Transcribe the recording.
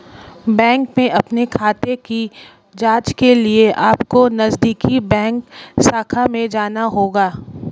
bank में अपने खाते की जांच के लिए अपको नजदीकी बैंक शाखा में जाना होगा